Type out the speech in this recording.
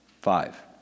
five